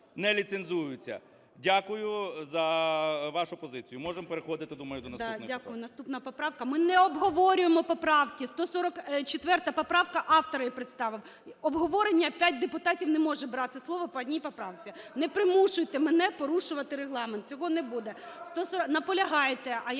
не ліцензуються. Дякую за вашу позицію. Можемо переходити, думаю, до наступної поправки.